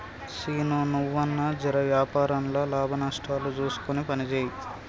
సీనూ, నువ్వన్నా జెర వ్యాపారంల లాభనష్టాలు జూస్కొని పనిజేయి